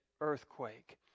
earthquake